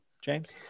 James